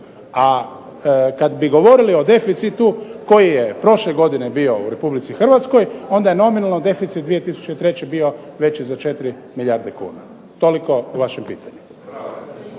A kada bi govorili o deficitu koji je prošle godine bio u Republici Hrvatskoj onda je nominalno deficit 2003. bio veći za 4 milijarde kuna, toliko o vašem pitanju.